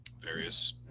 various